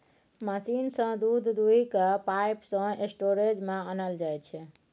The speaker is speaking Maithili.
मशीन सँ दुध दुहि कए पाइप सँ स्टोरेज मे आनल जाइ छै